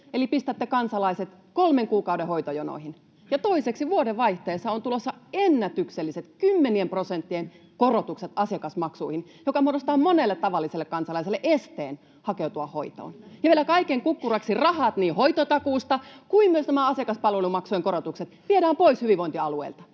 eli pistätte kansalaiset kolmen kuukauden hoitojonoihin. Ja toiseksi vuodenvaihteessa on tulossa ennätykselliset, kymmenien prosenttien korotukset asiakasmaksuihin, mikä muodostaa monelle tavalliselle kansalaiselle esteen hakeutua hoitoon. Ja vielä kaiken kukkuraksi rahat niin hoitotakuusta kuin myös nämä asiakaspalvelumaksujen korotukset viedään pois hyvinvointialueilta,